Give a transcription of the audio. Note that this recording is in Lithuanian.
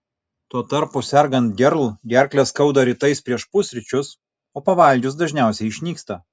tuo tarpu sergant gerl gerklę skauda rytais prieš pusryčius o pavalgius dažniausiai išnyksta